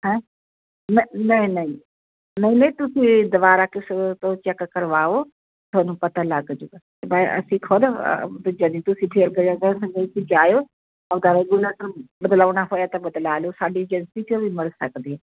ਹੈਂ ਨ ਨਹੀਂ ਨਹੀਂ ਨਹੀਂ ਨਹੀਂ ਤੁਸੀਂ ਦੁਬਾਰਾ ਕਿਸੇ ਤੋਂ ਚੈੱਕ ਕਰਵਾਓ ਤੁਹਾਨੂੰ ਪਤਾ ਲੱਗ ਜਾਊਗਾ ਮੈਂ ਅਸੀਂ ਖੁਦ ਦੂਜਿਆਂ ਦੀ ਤੁਸੀਂ ਤੁਸੀਂ ਜਾਇਓ ਆਪਣਾ ਰੈਗੁਲੇਟਰ ਬਦਲਾਉਣਾ ਹੋਇਆ ਤਾਂ ਬਦਲਾ ਲਓ ਸਾਡੀ ਏਜੰਸੀ 'ਚੋਂ ਵੀ ਮਿਲ ਸਕਦੀ